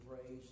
praise